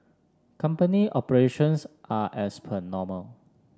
company operations are as per normal